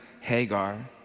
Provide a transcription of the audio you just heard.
Hagar